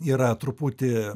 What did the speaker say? yra truputį